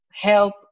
help